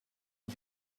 een